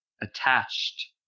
attached